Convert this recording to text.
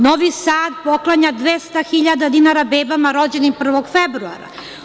Novi Sad poklanja 200 hiljada dinara bebama rođenim 1. februara.